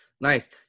Nice